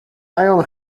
iron